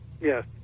Yes